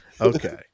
Okay